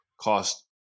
cost